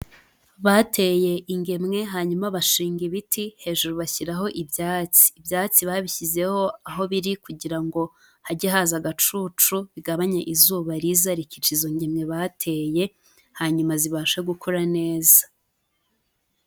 Bateye ingemwe hanyuma bashinga ibiti, hejuru bashyiraho ibyatsi. Ibyatsi babishyizeho aho biri kugira ngo hajye haza agacucu, bigabanye izuba riza rikica izo ngemwe bateye, hanyuma zibashe gukura neza.